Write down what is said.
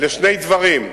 לשני דברים: